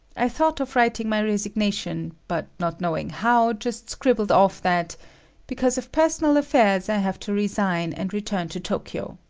i thought of writing my resignation, but not knowing how, just scribbled off that because of personal affairs, i have to resign and return, to tokyo.